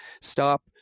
stop